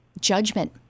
judgment